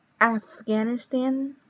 Afghanistan